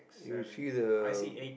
you see the